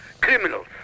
criminals